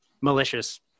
malicious